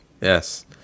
Yes